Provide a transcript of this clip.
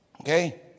Okay